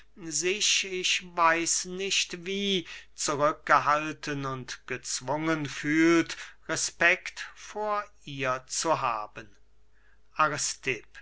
sich ich weiß nicht wie zurückgehalten und gezwungen fühlt respekt vor ihr zu haben